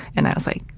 and i was like,